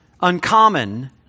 uncommon